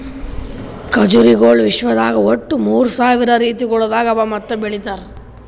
ಖಜುರಿಗೊಳ್ ವಿಶ್ವದಾಗ್ ಒಟ್ಟು ಮೂರ್ ಸಾವಿರ ರೀತಿಗೊಳ್ದಾಗ್ ಅವಾ ಮತ್ತ ಬೆಳಿತಾರ್